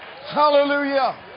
Hallelujah